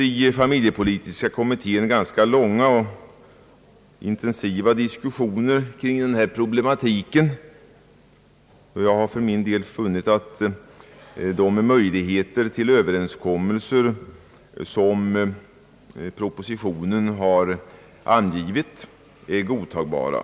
I familjepolitiska kommittén fördes ganska långa och intensiva diskussioner kring denna problematik, och jag har för min del funnit att de möjligheter till överenskommelser som propositionen angivit är godtagbara.